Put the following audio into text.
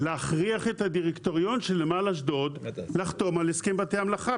להכריח את הדירקטוריון של נמל אשדוד לחתום על הסכם בתי המלאכה,